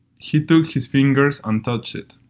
he took his fingers and touched it.